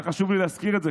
היה חשוב לי להזכיר את זה,